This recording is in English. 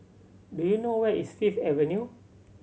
do you know where is Fifth Avenue